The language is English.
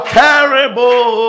terrible